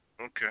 Okay